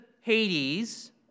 Hades